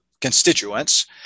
constituents